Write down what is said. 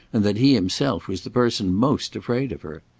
and that he himself was the person most afraid of her.